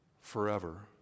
forever